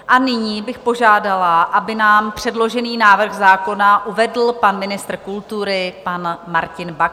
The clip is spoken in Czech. A nyní bych požádala, aby nám předložený návrh zákona uvedl pan ministr kultury pan Martin Baxa.